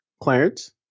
Clarence